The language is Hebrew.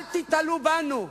אל תיתלו בנו.